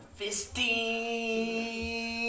Fisting